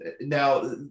Now